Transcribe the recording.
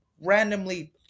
randomly